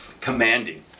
commanding